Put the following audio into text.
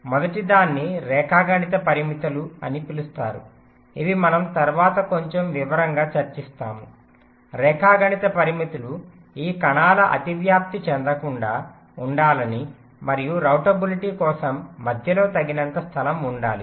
మొదటిదాన్ని రేఖాగణిత పరిమితులు అని పిలుస్తారు ఇవి మనం తరువాత కొంత వివరంగా చర్చిస్తాము రేఖాగణిత పరిమితులు ఈ కణాలు అతివ్యాప్తి చెందకుండా ఉండాలని మరియు రౌటబిలిటీ కోసం మధ్యలో తగినంత స్థలం ఉండాలి